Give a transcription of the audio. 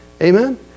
amen